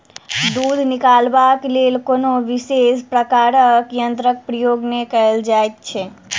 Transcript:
दूध निकालबाक लेल कोनो विशेष प्रकारक यंत्रक प्रयोग नै कयल जाइत छै